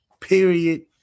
Period